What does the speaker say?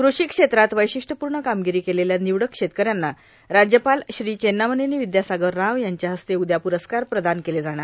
कृषी क्षेत्रात वैशिष्ट्यपूर्ण कामगिरी केलेल्या निवडक शेतकऱ्यांना राज्यपाल श्री चेन्नामनेनी विद्यासागर राव यांच्या हस्ते उद्या पुरस्कार प्रदान केले जाणार